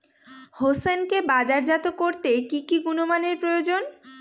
হোসেনকে বাজারজাত করতে কি কি গুণমানের প্রয়োজন?